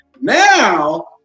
now